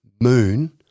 moon